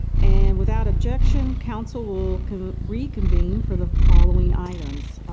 and without objection, council will reconvene for the following items.